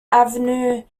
avenue